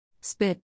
Spit